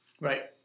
Right